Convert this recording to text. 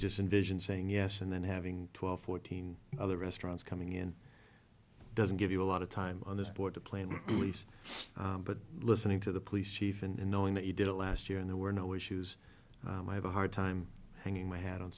just envision saying yes and then having twelve fourteen other restaurants coming in doesn't give you a lot of time on this board to plant lease but listening to the police chief and knowing that you did it last year and there were no issues i have a hard time hanging my h